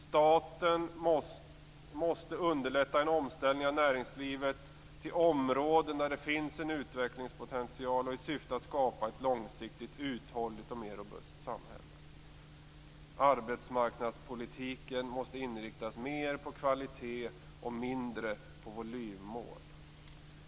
Staten måste underlätta en omställning av näringslivet till områden där det finns en utvecklingspotential i syfte att skapa ett långsiktigt uthålligt och mer robust samhälle. Arbetsmarknadspolitiken måste inriktas mer på kvalitet och mindre på volymmål.